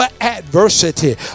adversity